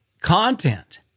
content